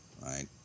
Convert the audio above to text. right